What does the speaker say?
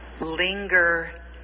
linger